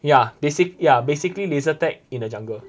ya basic~ ya basically laser tag in the jungle